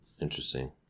Interesting